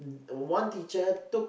one teacher took